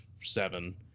seven